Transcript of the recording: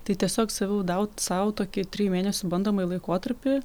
tai tiesiog saviau dau sau tokį trijų mėnesių bandomąjį laikotarpį